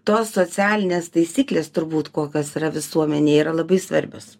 tos socialinės taisyklės turbūt kokios yra visuomenėj yra labai svarbios